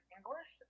English